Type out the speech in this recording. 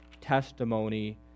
testimony